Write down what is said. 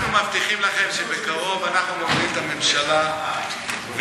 אנחנו מבטיחים לכם שבקרוב אנחנו נוביל את הממשלה ונעשה,